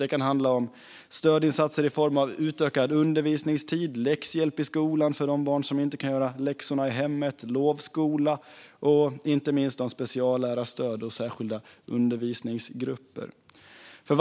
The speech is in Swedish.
Det kan handla om stödinsatser i form av utökad undervisningstid, läxhjälp i skolan för de barn som inte kan göra läxorna i hemmet, lovskola och inte minst speciallärarstöd och särskilda undervisningsgrupper.